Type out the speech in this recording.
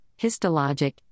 histologic